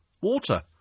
Water